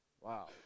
wow